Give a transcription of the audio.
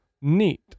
Neat